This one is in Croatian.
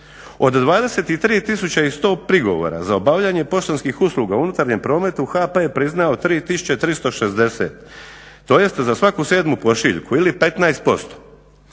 Od 23 100 prigovora za obavljanje poštanskih usluga u unutarnjem prometu HP je priznao 3360, tj. za svaku sedmu pošiljku ili 15%.